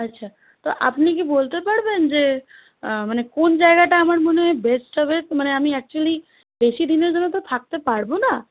আচ্ছা তো আপনি কি বলতে পারবেন যে মানে কোন জায়গাটা আমার মনে হয় বেস্ট হবে মানে আমি অ্যাকচুয়েলি বেশি দিনের জন্য তো থাকতে পারবো না